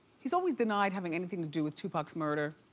he's always denied having anything to do with tupac's murder.